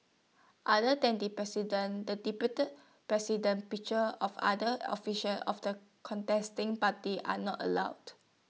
other than the president the deputy president pictures of other officials of the contesting parties are not allowed